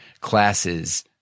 classes